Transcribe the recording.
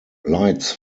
lights